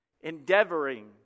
endeavoring